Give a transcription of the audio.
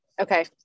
Okay